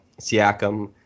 Siakam